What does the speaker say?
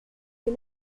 you